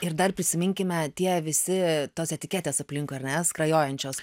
ir dar prisiminkime tie visi tos etiketės aplinkui ar ne skrajojančios